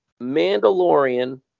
Mandalorian